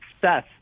success